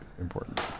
important